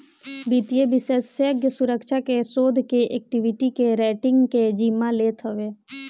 वित्तीय विषेशज्ञ सुरक्षा के, शोध के, एक्वीटी के, रेटींग के जिम्मा लेत हवे